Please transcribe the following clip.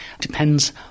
depends